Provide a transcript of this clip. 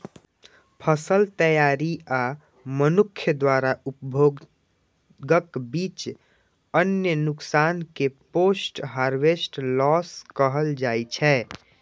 फसल तैयारी आ मनुक्ख द्वारा उपभोगक बीच अन्न नुकसान कें पोस्ट हार्वेस्ट लॉस कहल जाइ छै